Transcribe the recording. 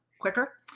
quicker